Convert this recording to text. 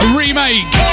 remake